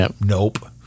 nope